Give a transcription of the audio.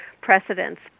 precedents